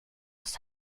oss